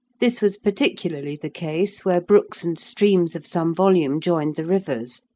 this was particularly the case where brooks and streams of some volume joined the rivers,